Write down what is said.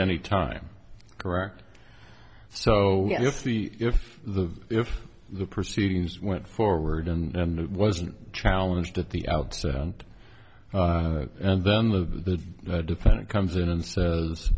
any time correct so if the if the if the proceedings went forward and it wasn't challenged at the outset and and then the defendant comes in and says